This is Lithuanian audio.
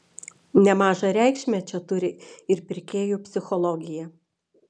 nemažą reikšmę čia turi ir pirkėjų psichologija